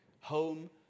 home